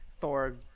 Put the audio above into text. Thor